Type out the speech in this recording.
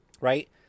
Right